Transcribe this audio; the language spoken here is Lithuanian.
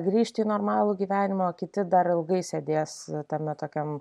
grįžti į normalų gyvenimą o kiti dar ilgai sėdės tame tokiam